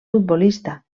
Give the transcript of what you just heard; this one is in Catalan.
futbolista